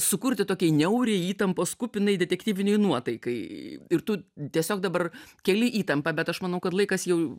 sukurti tokiai niauriai įtampos kupinai detektyvinei nuotaikai ir tu tiesiog dabar keli įtampą bet aš manau kad laikas jau